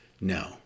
No